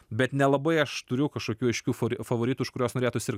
bet nelabai aš turiu kažkokių aiškių fa favoritų už kuriuos norėtųs sirgt